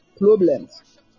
problems